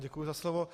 Děkuji za slovo.